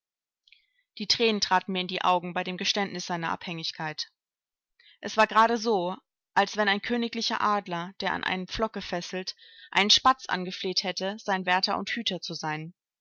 die thränen traten mir in die augen bei dem geständnis seiner abhängigkeit es war gerade so als wenn ein königlicher adler der an einen pflock gefesselt einen spatz angefleht hätte sein wärter und hüter zu sein